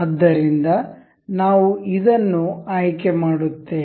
ಆದ್ದರಿಂದ ನಾವು ಇದನ್ನು ಆಯ್ಕೆ ಮಾಡುತ್ತೇವೆ